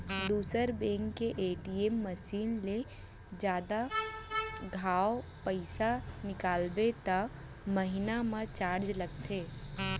दूसर बेंक के ATM machine ले जादा घांव पइसा निकालबे त महिना म चारज लगथे